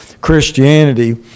Christianity